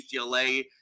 UCLA